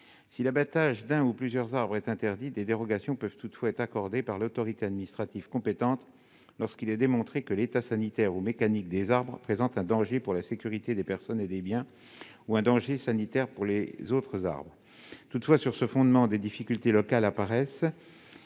si l'abattage d'un ou plusieurs arbres est interdit, des dérogations peuvent être accordées par l'autorité administrative compétente lorsqu'il est démontré que l'état sanitaire ou mécanique des arbres représente un danger pour la sécurité des personnes et des biens ou un danger sanitaire pour les autres arbres. Toutefois, sur ce fondement, des difficultés locales apparaissent